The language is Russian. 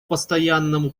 постоянному